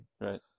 Right